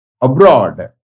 abroad